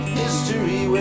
history